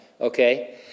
Okay